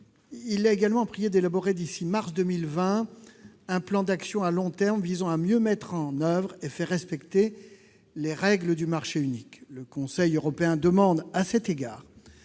Il l'a également priée d'élaborer, d'ici à mars 2020, un plan d'action à long terme visant à mieux mettre en oeuvre et faire respecter les règles du marché unique. Le Conseil européen demande, à cet égard,